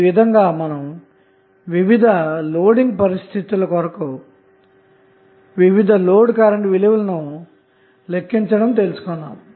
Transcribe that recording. ఈ విధంగా మీరువివిధలోడింగ్ పరిస్థితులకొరకు వివిధ లోడ్కరెంటు విలువలను లెక్కించడము తెలుసుకున్నాము